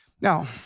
Now